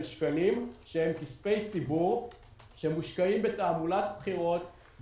שקלים שהם כספי ציבור שמושקעים בתעמולת בחירות,